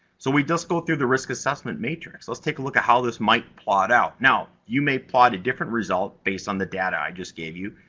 so, we just go through the risk assessment matrix. let's take a look at how this might plot out. now, you may plot a different result based on the data i just gave you,